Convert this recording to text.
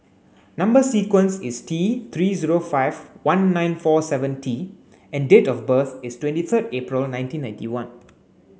number sequence is T three zero five one nine four seven T and date of birth is twenty third April nineteen ninety one